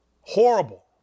Horrible